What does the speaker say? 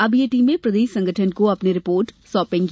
अब ये टीमें प्रदेश संगठन को अपनी रिपोर्ट सौंपेंगी